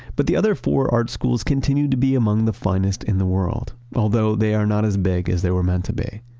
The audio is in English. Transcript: but the other four art schools continued to be among the finest in the world, although they are not as big as they were meant to be,